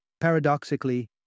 paradoxically